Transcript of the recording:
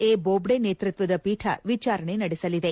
A Bobde ನೇತೃತ್ವದ ಪೀಠ ವಿಚಾರಣೆ ನಡೆಸಲಿದೆ